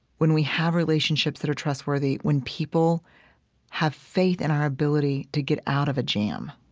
when we have relationships that are trustworthy, when people have faith in our ability to get out of a jam